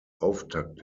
auftakt